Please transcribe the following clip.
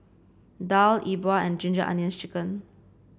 Daal E Bua and Ginger Onions chicken